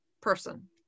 person